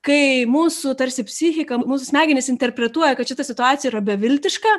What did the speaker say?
kai mūsų tarsi psichiką mūsų smegenys interpretuoja kad šita situacija yra beviltiška